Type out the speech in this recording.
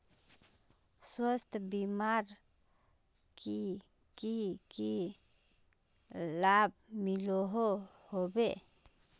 स्वास्थ्य बीमार की की लाभ मिलोहो होबे?